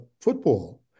football